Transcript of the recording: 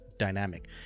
dynamic